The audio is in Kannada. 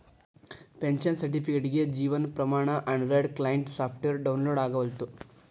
ಪೆನ್ಷನ್ ಸರ್ಟಿಫಿಕೇಟ್ಗೆ Jeevan Pramaan Android client software download ಆಗವಲ್ತು